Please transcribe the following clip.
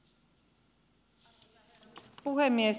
arvoisa herra puhemies